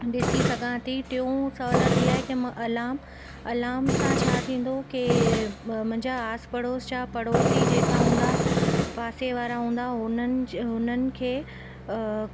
ॾिसी सघां थी टियो सहूलियत इअं आहे कि मां अलाम अलाम सां छा थींदो कि मुंहिंजा आस पढ़ोस जा पढ़ोसी जेका हूंदा पासे वारा हूंदा हुननि हुननि खे